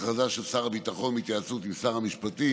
הכרזה של שר הביטחון בהתייעצות עם שר המשפטים,